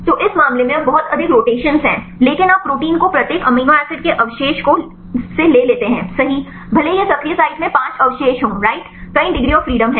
तो इस मामले में अब बहुत अधिक रोटेशन्स है लेकिन आप प्रोटीन को प्रत्येक अमीनो एसिड के अवशेष को सही से लेते हैं भले ही यह सक्रिय साइट में 5 अवशेष हो राइट कई डिग्री ऑफ़ फ्रीडम है